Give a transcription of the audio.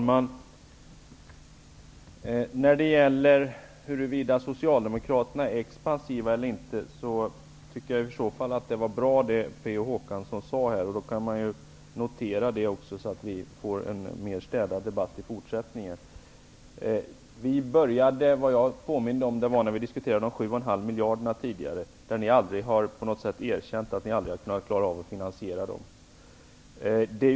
Herr talman! Även om Socialdemokraterna är expansiva eller inte, så var det som Per Olof Håkansson sade bra. Det kan väl också noteras, så att vi i fortsättningen får en mer städad debatt. När vi diskuterade de 7,5 miljarderna påminde jag att ni aldrig erkänt att ni inte klarade finansieringen.